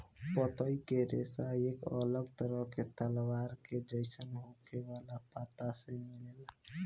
पतई के रेशा एक अलग तरह के तलवार के जइसन होखे वाला पत्ता से मिलेला